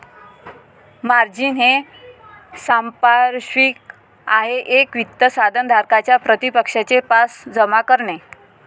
margin हे सांपार्श्विक आहे एक वित्त साधन धारकाच्या प्रतिपक्षाचे पास जमा करणे